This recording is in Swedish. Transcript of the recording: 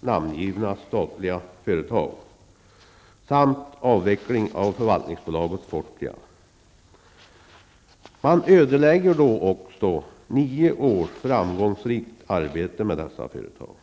namngivna statliga företag samt avveckling av förvaltningsbolaget Fortia. Man ödelägger därmed nio års framgångsrikt arbete med dessa företag.